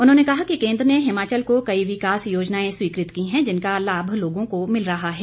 उन्होंने कहा कि केंद्र ने हिमाचल को कई विकास योजनाएं स्वीकृत की है जिनका लाभ लोगों को मिल रहा है